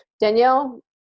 Danielle